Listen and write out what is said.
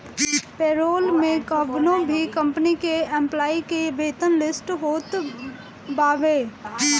payroll में कवनो भी कंपनी के एम्प्लाई के वेतन लिस्ट होत बावे